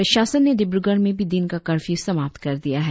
प्रशासन ने डिब्रगढ़ में भी दिन का कर्फ्यू समाप्त कर दिया है